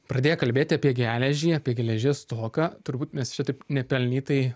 pradėję kalbėti apie geležį apie geležies stoką turbūt nes čia taip nepelnytai